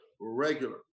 regular